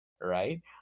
right